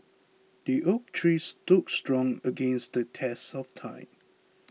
the oak tree stood strong against the test of time